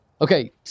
Okay